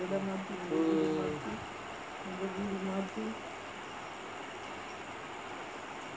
mm